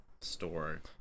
store